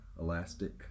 Elastic